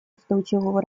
устойчивого